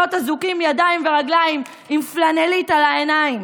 אזוקים בידיים וברגליים עם פלנלית על העיניים.